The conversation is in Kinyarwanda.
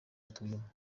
atuyemo